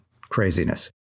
craziness